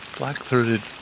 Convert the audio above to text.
black-throated